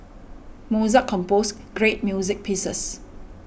Mozart composed great music pieces